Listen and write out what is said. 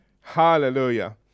Hallelujah